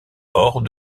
hors